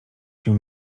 się